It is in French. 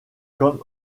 comme